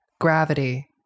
gravity